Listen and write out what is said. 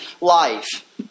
life